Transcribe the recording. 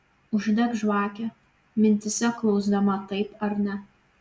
uždek žvakę mintyse klausdama taip ar ne